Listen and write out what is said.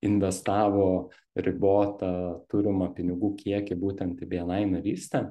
investavo ribotą turimą pinigų kiekį būtent į bni narystę